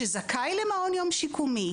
הזכאי למעון יום שיקומי,